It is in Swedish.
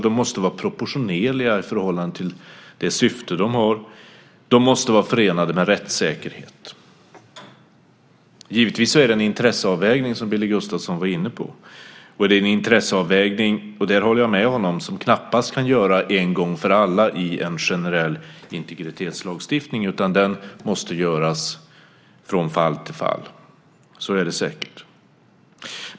De måste vara proportionerliga i förhållande till det syfte de har. De måste vara förenade med rättssäkerhet. Givetvis är det en intresseavvägning, som Billy Gustafsson var inne på. Det är en intresseavvägning - och där håller jag med honom - som knappast kan göras en gång för alla i en generell integritetslagstiftning, utan den måste göras från fall till fall. Så är det säkert.